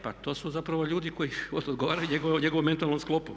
Pa to su zapravo ljudi koji odgovaraju njegovom mentalnom sklopu.